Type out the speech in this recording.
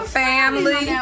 family